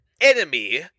enemy